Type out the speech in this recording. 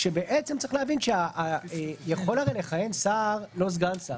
כשצריך להבין שיכול לכהן לא סגן שר